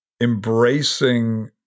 embracing